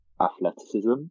athleticism